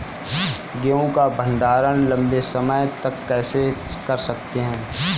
गेहूँ का भण्डारण लंबे समय तक कैसे कर सकते हैं?